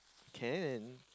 can